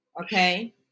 okay